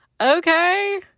okay